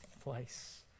place